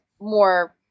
more